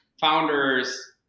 founders